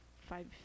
five